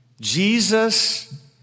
Jesus